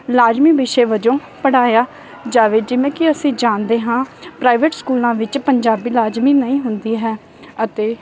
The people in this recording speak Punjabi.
ਲਾਜ਼ਮੀ ਵਿਸ਼ੇ ਵਜੋਂ ਪੜ੍ਹਾਇਆ ਜਾਵੇ ਜਿਵੇਂ ਕਿ ਅਸੀਂ ਜਾਣਦੇ ਹਾਂ ਪ੍ਰਾਈਵੇਟ ਸਕੂਲਾਂ ਵਿੱਚ ਪੰਜਾਬੀ ਲਾਜ਼ਮੀ ਨਹੀਂ ਹੁੰਦੀ ਹੈ ਅਤੇ